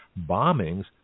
bombings